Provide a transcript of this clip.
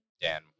Dan